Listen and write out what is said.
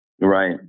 Right